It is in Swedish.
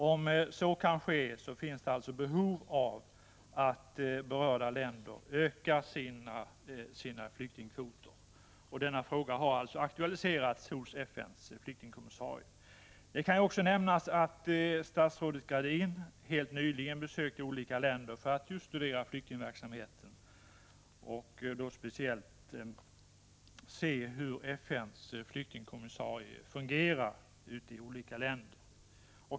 Om en sådan kan genomföras finns det alltså behov av att berörda länder ökar sina flyktingkvoter. Denna fråga har aktualiserats hos FN:s flyktingkommissarie. Det kan också nämnas att statsrådet Gradin helt nyligen besökte olika länder för att studera flyktingverksamheten och speciellt för att se hur FN:s flyktingkommissarie fungerar ute i olika länder.